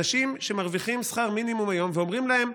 אנשים שמרוויחים שכר מינימום היום, ואומרים להם: